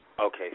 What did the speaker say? Okay